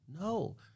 no